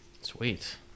Sweet